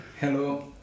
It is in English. Hello